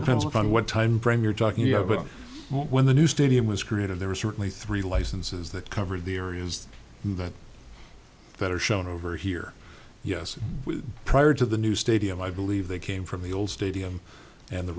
depends upon what time frame you're talking you know but when the new stadium was created there was certainly three licenses that covered the areas that that are shown over here yes prior to the new stadium i believe they came from the old stadium at the